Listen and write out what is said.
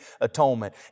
atonement